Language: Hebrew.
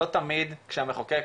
לא תמיד כשהמחוקק